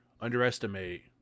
underestimate